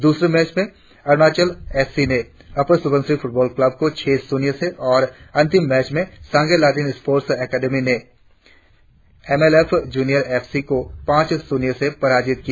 दूसरे मैच में Arunachal S C ने अपर सुबनसिरी फुटबॉल क्लाब को छह शून्य से और अंतिम मैच में सांगे लादेन स्पोर्ट्स अकादमी ने M L S junior F C को पांच शून्य से पराजीत किया